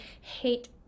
hate